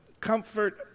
comfort